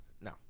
no